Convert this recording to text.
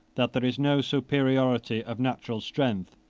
that there is no superiority of natural strength,